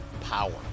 power